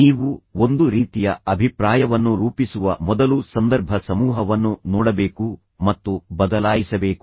ನೀವು ಒಂದು ರೀತಿಯ ಅಭಿಪ್ರಾಯವನ್ನು ರೂಪಿಸುವ ಮೊದಲು ಸಂದರ್ಭ ಸಮೂಹವನ್ನು ನೋಡಬೇಕು ಮತ್ತು ಬದಲಾಯಿಸಬೇಕು